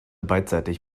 beidseitig